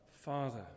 Father